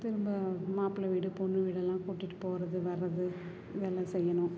திரும்ப மாப்பிள்ளை வீடு பொண்ணு வீடெல்லாம் கூட்டிகிட்டு போகிறது வர்றது இதெல்லாம் செய்யணும்